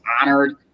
honored